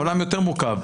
העולם יותר מורכב.